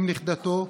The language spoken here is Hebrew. עם נכדתו,